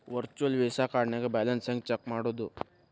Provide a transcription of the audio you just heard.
Virtual Visa ಕಾರ್ಡ್ನ್ಯಾಗ balance ಹೆಂಗ check ಮಾಡುದು?